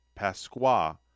Pasqua